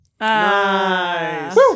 Nice